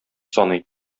саный